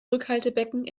rückhaltebecken